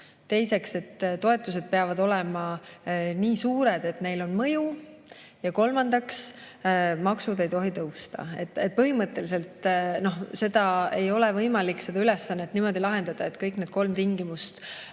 Teiseks, toetused peavad olema nii suured, et neil on mõju. Ja kolmandaks, maksud ei tohi tõusta. Põhimõtteliselt ei ole võimalik ülesannet niimoodi lahendada, et kõik need kolm tingimust